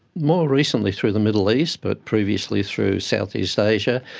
more recently through the middle east but previously through southeast asia,